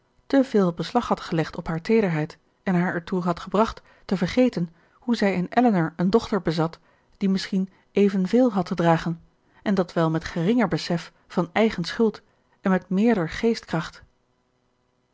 veel beslag had gelegd op hare teederheid en haar ertoe had gebracht te vergeten hoe zij in elinor eene dochter bezat die misschien evenveel had te dragen en dat wel met geringer besef van eigen schuld en met meerder geestkracht